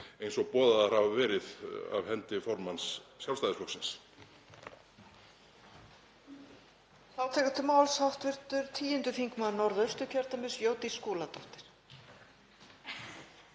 eins og boðaðar hafa verið af hendi formanns Sjálfstæðisflokksins.